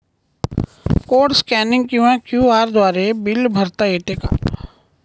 Code scanning किंवा QR द्वारे bill भरता येते का?